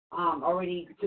already